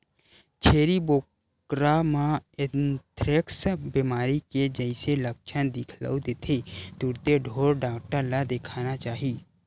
छेरी बोकरा म एंथ्रेक्स बेमारी के जइसे लक्छन दिखउल देथे तुरते ढ़ोर डॉक्टर ल देखाना चाही